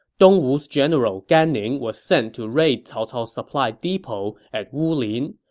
dongwu's general gan ning was sent to raid cao cao's supply depot at wulin.